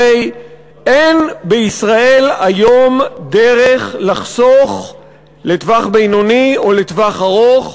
הרי אין בישראל היום דרך לחסוך לטווח בינוני או לטווח ארוך,